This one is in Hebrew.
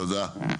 תודה.